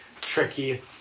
tricky